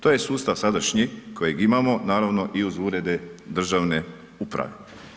To je sustav sadašnji kojeg imamo naravno i uz urede državne uprave.